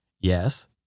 Yes